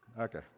Okay